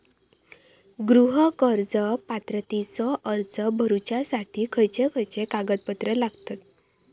गृह कर्ज पात्रतेचो अर्ज भरुच्यासाठी खयचे खयचे कागदपत्र लागतत?